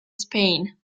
spain